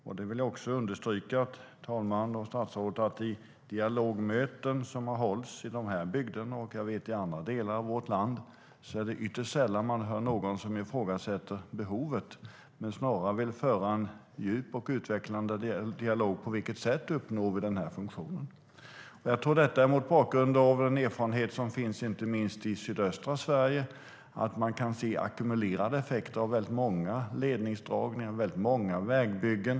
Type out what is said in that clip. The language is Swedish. Jag vill också understryka för herr talman och för statsrådet att i dialogmöten som har hållits i de här bygderna och i andra delar av vårt land är det ytterst sällan som man hör någon som ifrågasätter behovet. Snarare vill de föra en djup och utvecklande dialog om på vilket sätt vi uppnår den här funktionen. Mot bakgrund av den erfarenhet som finns, inte minst i sydöstra Sverige, kan man se ackumulerade effekter av väldigt många ledningsdragningar och väldigt många vägbyggen.